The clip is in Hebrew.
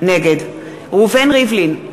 נגד ראובן ריבלין,